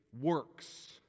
works